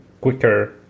quicker